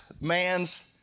man's